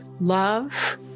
love